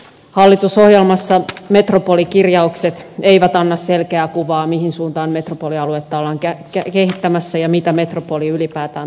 hallitusohjelmassa metropolikirjaukset eivät anna selkeää kuvaa mihin suuntaan metropolialuetta ollaan kehittämässä ja mitä metropoli ylipäätään tarkoittaa